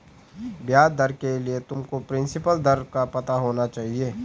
ब्याज दर के लिए तुमको प्रिंसिपल दर का पता होना चाहिए